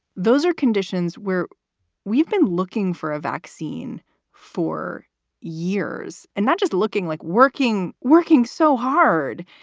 those are conditions where we've been looking for a vaccine for years and not just looking like working. working so hard.